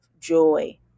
joy